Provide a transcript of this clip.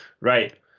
right